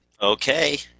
Okay